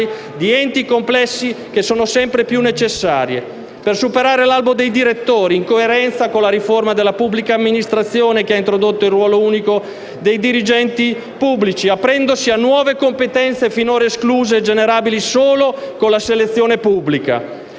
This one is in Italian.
di enti complessi, che sono sempre più necessarie. Si è intervenuti per superare l'albo dei direttori, in coerenza alla riforma della pubblica amministrazione che ha introdotto il ruolo unico per i dirigenti pubblici, aprendosi a nuove competenze finora escluse e generabili solo con la selezione pubblica.